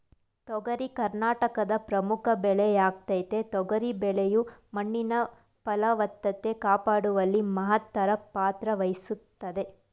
ತೊಗರಿ ಕರ್ನಾಟಕದ ಪ್ರಮುಖ ಬೆಳೆಯಾಗಯ್ತೆ ತೊಗರಿ ಬೆಳೆಯು ಮಣ್ಣಿನ ಫಲವತ್ತತೆ ಕಾಪಾಡುವಲ್ಲಿ ಮಹತ್ತರ ಪಾತ್ರವಹಿಸ್ತದೆ